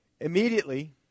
immediately